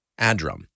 adram